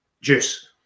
juice